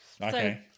Okay